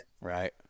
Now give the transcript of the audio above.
right